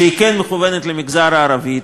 שהיא כן מכוונת למגזר הערבי,